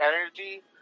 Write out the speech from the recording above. energy